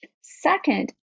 Second